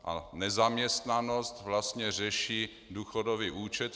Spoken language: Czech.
A nezaměstnanost vlastně řeší důchodový účet.